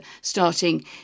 starting